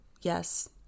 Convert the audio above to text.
yes